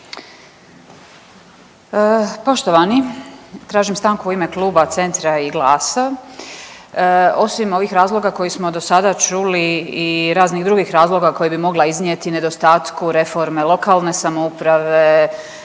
Poštovani. Tražim stanku u ime kluba Centra i GLAS-a osim ovih razloga koje smo do sada čuli i raznih drugih razloga koje bi mogla iznijeti nedostatku reforme lokalne samouprave,